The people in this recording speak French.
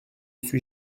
suis